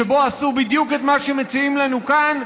שבו עשו בדיוק את מה שמציעים לנו כאן,